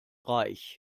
reich